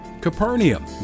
Capernaum